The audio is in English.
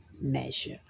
measure